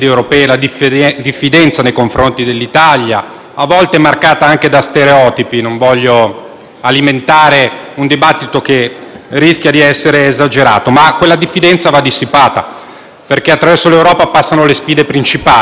alimentare un dibattito che rischia di essere esagerato, ma quella diffidenza va dissipata, perché attraverso l'Europa passano le sfide principali. Pertanto, il primo invito che vogliamo farle, presidente Conte, è quello di